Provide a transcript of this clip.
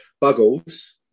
Buggles